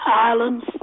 islands